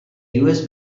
usb